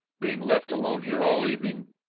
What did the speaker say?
being left alone here all evening.